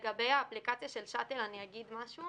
לגבי האפליקציה של שאטל אני אגיד משהו